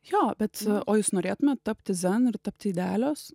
jo bet o jūs norėtumėt tapti zen ir tapti idealios